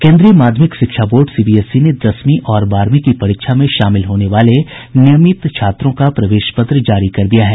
केन्द्रीय माध्यमिक शिक्षा बोर्ड सीबीएसई ने दसवीं और बारहवीं की परीक्षा में शामिल होने वाले नियमित छात्रों का प्रवेश पत्र जारी कर दिया है